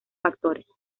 factores